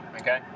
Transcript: okay